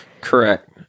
Correct